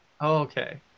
okay